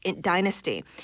dynasty